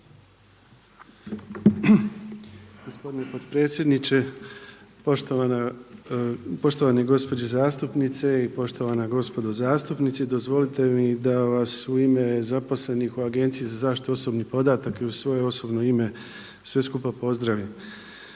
Gospodine potpredsjedniče, poštovane gospođe zastupnice i poštovana gospodo zastupnici. Dozvolite mi da vas u ime zaposlenih u Agenciji za zaštitu osobnih podataka i u svoje osobno ime sve skupa pozdravim.